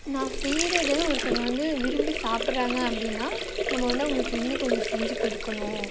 நான் செய்யிறதை ஒருத்தவங்க வந்து விரும்பி சாப்பிறாங்க அப்படின்னா நம்ம வந்து அவங்களுக்கு இன்னும் கொஞ்சம் செஞ்சு கொடுக்கணும்